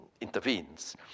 intervenes